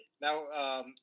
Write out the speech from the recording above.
Now –